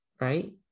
right